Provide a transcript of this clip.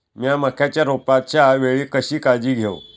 मीया मक्याच्या रोपाच्या वेळी कशी काळजी घेव?